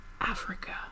Africa